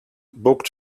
booked